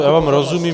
Já vám rozumím.